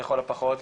לכל הפחות,